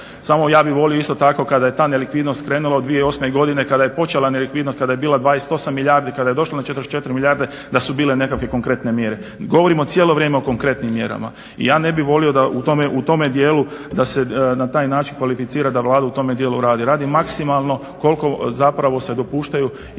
Samo ja bih volio isto tako, kada je ta nelikvidnost krenula od 2008. godine kada je počela nelikvidnost, kada je bila 28 milijardi kada je došla na 44 milijardi da su bile nekakve konkretne mjere. govorimo cijelo vrijeme o konkretnim mjerama i ja ne bih volio da u tome dijelu da se na taj način kvalificira da Vlada u tome dijelu radi. Radi maksimalno koliko se zapravo dopuštaju i